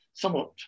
somewhat